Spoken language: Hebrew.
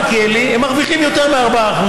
מלכיאלי: הן מרוויחות יותר מ-4%.